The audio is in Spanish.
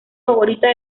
favorita